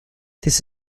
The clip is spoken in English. this